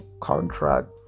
contract